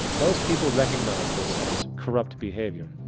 most people recognize this as corrupt behavior.